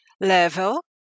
level